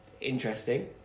Interesting